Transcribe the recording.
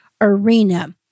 arena